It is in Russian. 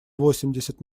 восемьдесят